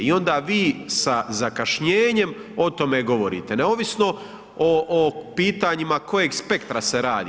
I onda vi sa zakašnjenjem o tome govorite, neovisno o pitanjima kojeg spektra se radi.